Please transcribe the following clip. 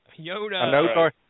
Yoda